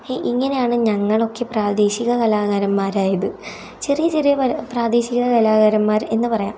ഇങ്ങനെയാണ് ഞങ്ങളൊക്കെ പ്രാദേശിക കലാകാരന്മാരായത് ചെറിയ ചെറിയ പ്രാദേശിക കലാകാരന്മാർ എന്ന് പറയാം